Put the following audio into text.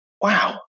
wow